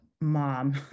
mom